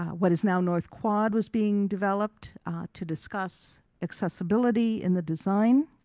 what is now north quad was being developed to discuss accessibility in the design.